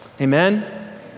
Amen